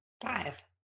Five